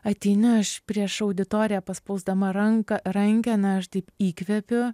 ateiniu aš prieš auditoriją paspausdama ranką rankeną aš taip įkvepiu